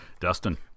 Dustin